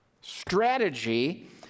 strategy